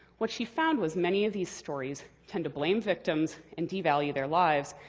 what she found was many of these stories tend to blame victims and devalue their lives.